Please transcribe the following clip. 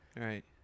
right